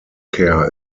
care